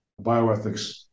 bioethics